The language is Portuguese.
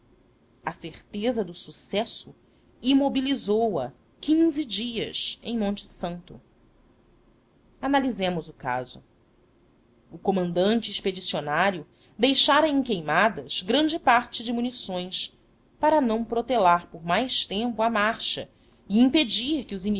a certeza do sucesso imobilizou a quinze dias em monte santo analisemos